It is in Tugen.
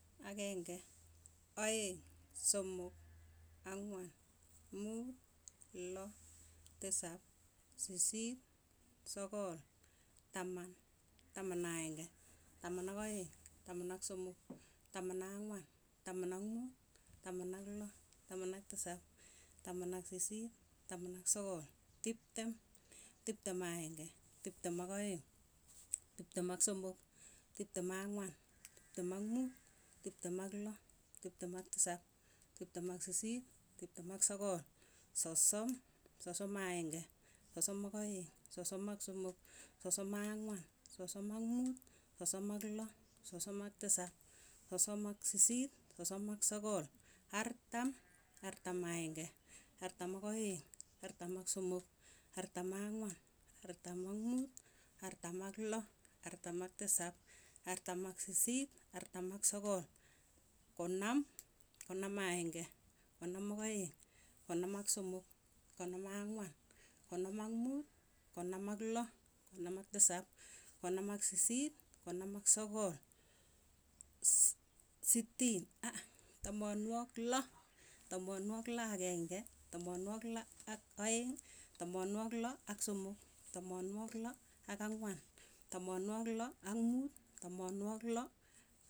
Akeng'e, aeng', somok, ang'wan, muut, loo, tisap, sisiit, sogol, taman, taman akenge, taman ak' aeng, taman ak somok, taman ak ang'wan, taman ak muut, taman ak loo, taman ak tisap, taman ak sisiit, taman ak sogol, tiptem, tiptem ak aeng'e, tiptem ak aeng', tiptem ak somok, tiptem ak ang'wan, tiptem ak muut, tiptem ak loo, tiptem ak tisap, tiptem ak sisiit, tiptem ak sogol, sosom, sosom akenge, sosom ak aeng', sosom ak somok. sosom ak ang'wan, sosom ak muut, sosom ak loo, sosom ak tisap, sosom ak sisiit, sosom ak sogol, artam, artam aeng'e, artam ak aeng', artam ak somok, artam ak ang'wan, artam ak muut, artam ak loo, artam ak tisap, artam ak sisiit, artam ak sogol. konom, konom aeng'e, konom ak aeng', konom ak somok, konom ak ang'wan. konom ak muut, konom ak loo, konom ak tisap, konom ak sisiit, konom ak sogol, ss sitiin, a- a. tamanwogik loo, tamanwogik loo ak akeng'e, tamanwogik loo ak aeng', tamanwogik loo ak somok, tamanwogik loo ak ang'wan, tamanwogik loo ak muut, tamanwogik loo.